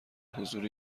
حضور